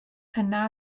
yna